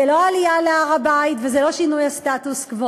זה לא עלייה להר-הבית וזה לא שינוי הסטטוס-קוו,